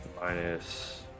minus